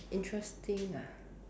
interesting ah